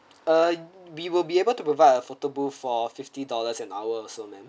uh we will be able to provide a photo booth for fifty dollars an hour also ma'am